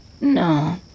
No